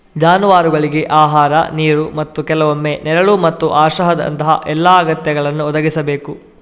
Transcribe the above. ಜಾನುವಾರುಗಳಿಗೆ ಆಹಾರ, ನೀರು ಮತ್ತು ಕೆಲವೊಮ್ಮೆ ನೆರಳು ಮತ್ತು ಆಶ್ರಯದಂತಹ ಎಲ್ಲಾ ಅಗತ್ಯಗಳನ್ನು ಒದಗಿಸಬೇಕು